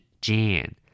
Jan